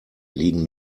liegen